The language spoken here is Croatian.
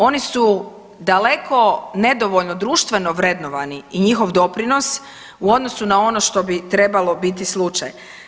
Oni su daleko nedovoljno društveno vrednovani i njihov doprinos u odnosu na ono što bi trebalo biti slučaj.